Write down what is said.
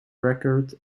record